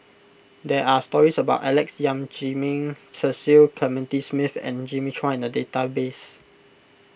there are stories about Alex Yam Ziming Cecil Clementi Smith and Jimmy Chua in the database